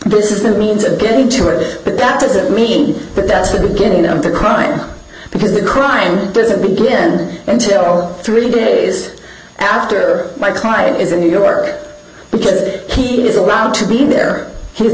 a means of getting to it but that doesn't mean that that's the beginning of the crime because the crime doesn't begin until three days after my client is in new york because he is allowed to be there he's